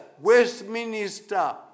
Westminster